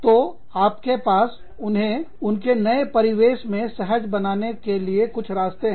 तो आपके पास उन्हें उनके नए परिवेश मे सहज बनाने के लिए कुछ रास्ते हैं